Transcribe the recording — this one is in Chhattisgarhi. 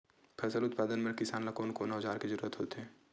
फसल उत्पादन बर किसान ला कोन कोन औजार के जरूरत होथे?